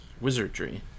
Wizardry